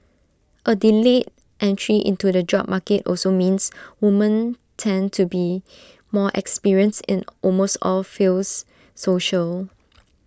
A delayed entry into the job market also means women tend to be more experienced in almost all fields social